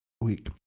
week